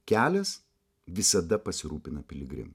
kelias visada pasirūpina piligrimu